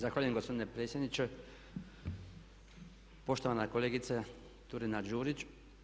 Zahvaljujem gospodine predsjedniče, poštovana kolegice Turina Đurić.